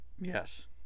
Yes